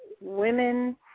Women